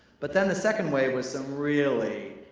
but then the second wave was some really,